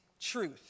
truth